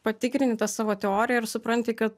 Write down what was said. patikrini tą savo teoriją ir supranti ka